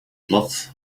blad